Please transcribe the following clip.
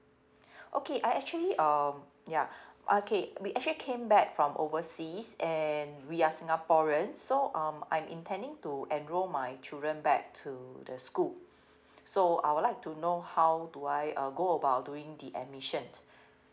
okay I actually uh ya okay we actually came back from overseas and we are singaporeans so um I'm intending to enroll my children back to the school so I would like to know how do I uh go about doing the admission